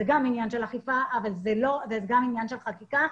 זה גם עניין של אכיפה אבל זה גם עניין של חקיקה.